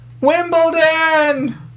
Wimbledon